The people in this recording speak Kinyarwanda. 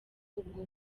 ubwo